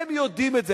הם יודעים את זה.